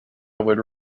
would